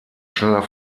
schneller